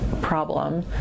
problem